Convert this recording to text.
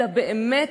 אלא באמת,